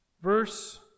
Verse